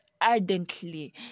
ardently